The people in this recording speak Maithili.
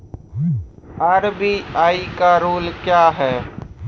आर.बी.आई का रुल क्या हैं?